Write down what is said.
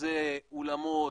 שזה אולמות,